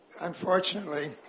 Unfortunately